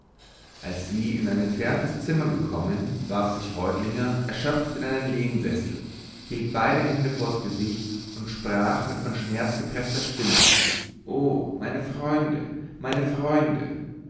als sie in ein entferntes zimmer gekommen warf sich reutlinger erschöpft in einen lehnsessel hielt beide hände vors gesicht und sprach mit von schmerz gepreßter stimme oh meine freunde meine freunde